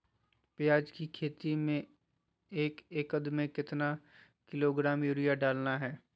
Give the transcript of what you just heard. प्याज की खेती में एक एकद में कितना किलोग्राम यूरिया डालना है?